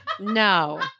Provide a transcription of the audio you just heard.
No